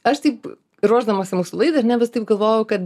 aš taip ruošdamasi mūsų laidai ar ne vis taip galvojau kad